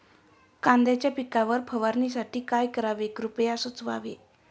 कांद्यांच्या पिकावर फवारणीसाठी काय करावे कृपया सुचवावे